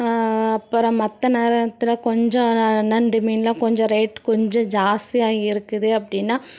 அப்புறம் மற்ற நேரத்தில் கொஞ்சம் ந நண்டு மீனெலாம் கொஞ்சம் ரேட் கொஞ்சம் ஜாஸ்தியாக இருக்குது அப்படின்னா